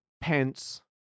pence